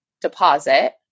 deposit